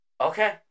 Okay